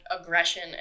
aggression